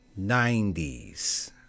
90s